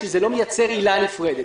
שזה לא מייצר עילה נפרדת.